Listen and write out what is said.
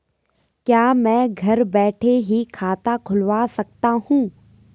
क्या मैं घर बैठे ही खाता खुलवा सकता हूँ?